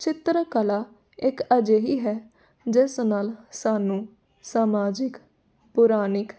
ਚਿੱਤਰ ਕਲਾ ਇੱਕ ਅਜਿਹੀ ਹੈ ਜਿਸ ਨਾਲ ਸਾਨੂੰ ਸਮਾਜਿਕ ਪੁਰਾਣਿਕ